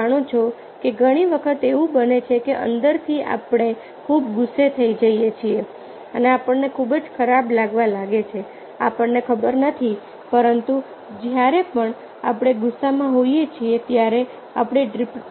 તમે જાણો છો કે ઘણી વખત એવું બને છે કે અંદરથી આપણે ખૂબ ગુસ્સે થઈ જઈએ છીએ અને આપણને ખૂબ જ ખરાબ લાગવા લાગે છે આપણને ખબર નથી પરંતુ જ્યારે પણ આપણે ગુસ્સામાં હોઈએ છીએ જ્યારે આપણે